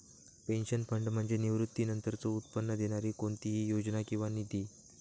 pension fund म्हणजे निवृत्तीनंतरचो उत्पन्न देणारी कोणतीही योजना किंवा निधी